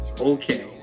Okay